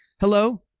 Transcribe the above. hello